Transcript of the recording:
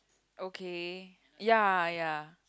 okay ya ya